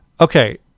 Okay